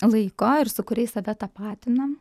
laiko ir su kuriais save tapatinam